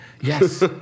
Yes